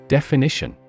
Definition